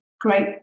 great